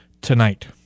tonight